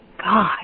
God